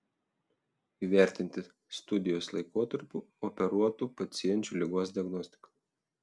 įvertinti studijos laikotarpiu operuotų pacienčių ligos diagnostiką